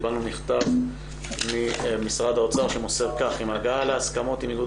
קיבלנו מכתב ממשרד האוצר שמוסר כך: עם הגעה להסכמות עם איגוד